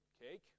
cake